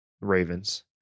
Ravens